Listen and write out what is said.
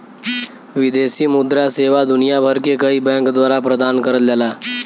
विदेशी मुद्रा सेवा दुनिया भर के कई बैंक द्वारा प्रदान करल जाला